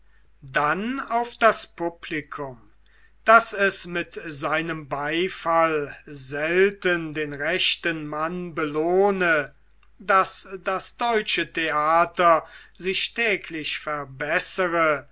dann auf das publikum daß es mit seinem beifall selten den rechten mann belohne daß das deutsche theater sich täglich verbessere